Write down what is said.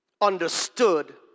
understood